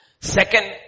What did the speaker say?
second